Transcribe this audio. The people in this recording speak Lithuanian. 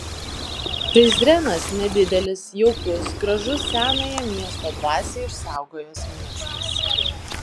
prizrenas nedidelis jaukus gražus senąją miesto dvasią išsaugojęs miestas